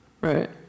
Right